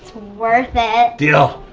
worth it. deal!